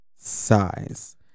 size